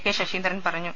K Saseendran പറഞ്ഞു